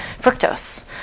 Fructose